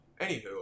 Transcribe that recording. Anywho